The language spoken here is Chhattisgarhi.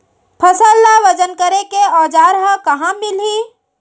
फसल ला वजन करे के औज़ार हा कहाँ मिलही?